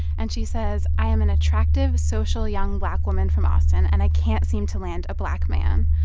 and she says, i am an attractive, social, young black woman from austin, and i can't seem to land a black man.